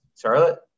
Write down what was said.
Charlotte